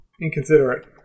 inconsiderate